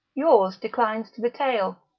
yours declines to the tail,